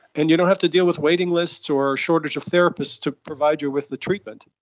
and you don't have to deal with waiting lists or shortage of therapists to provide you with the treatment.